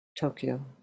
Tokyo